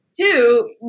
Two